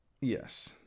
Yes